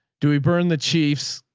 do we burn the chiefs?